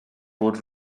bod